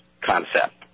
concept